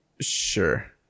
Sure